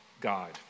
God